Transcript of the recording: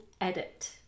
edit